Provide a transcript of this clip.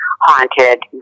haunted